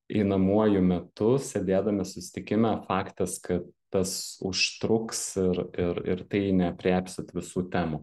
einamuoju metu sėdėdami susitikime faktas kad tas užtruks ir ir ir tai neaprėpsit visų temų